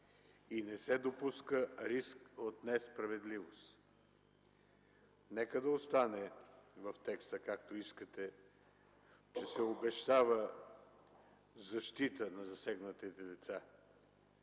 „и не се допуска риск от несправедливост”. Нека да остане в текста, както искате, че се обещава защита на засегнатите лица,